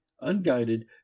unguided